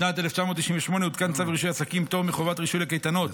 בשנת 1998 הותקן צו רישוי עסקים (פטור מחובת רישוי לקייטנות),